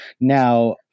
Now